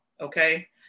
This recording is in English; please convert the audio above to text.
Okay